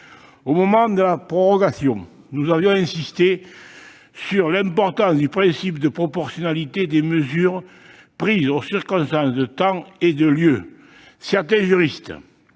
Au moment de la prorogation, nous avions insisté sur l'importance du principe de proportionnalité des mesures prises par rapport aux circonstances de temps et de lieu. Certains juristes